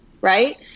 right